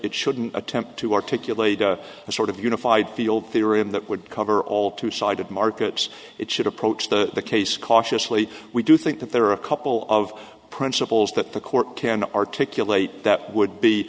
it shouldn't attempt to articulate a sort of unified field theory and that would cover all two sided markets it should approach the case cautiously we do think that there are a couple of principles that the court can articulate that would be